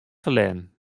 ferlern